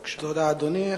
תודה, אדוני.